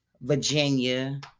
Virginia